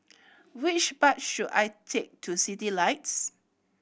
which bus should I take to Citylights